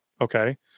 Okay